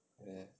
ya